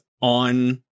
on